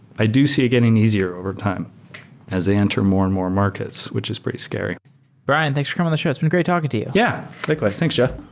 i do see it getting easier over time as they enter more and more markets, which is pretty scary brian, thanks for coming on the show. it's been great talking to you yeah, likewise. thanks, jeff